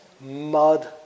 mud